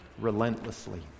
relentlessly